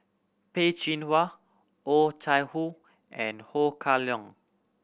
Peh Chin Hua Oh Chai Hoo and Ho Kah Leong